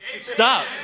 Stop